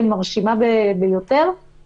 אנחנו ממשיכים לעשות את עבודתנו.